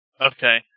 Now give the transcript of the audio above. okay